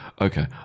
okay